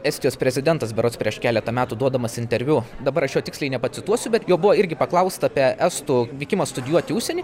estijos prezidentas berods prieš keletą metų duodamas interviu dabar aš jo tiksliai nepacituosiu bet jo buvo irgi paklausta apie estų vykimą studijuot į užsieny